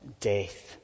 death